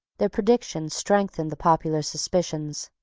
their predictions strengthened the popular suspicions.